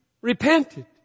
repented